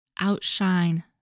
outshine